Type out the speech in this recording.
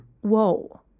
Whoa